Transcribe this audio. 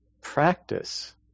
Practice